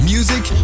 Music